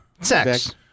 Sex